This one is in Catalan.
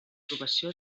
aprovació